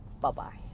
Bye-bye